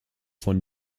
von